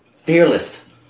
Fearless